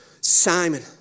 Simon